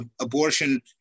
abortion